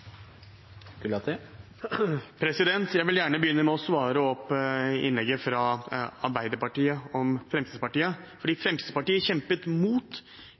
Jeg vil gjerne begynne med å svare på innlegget fra Arbeiderpartiet om Fremskrittspartiet. Fremskrittspartiet kjempet mot